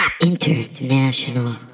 International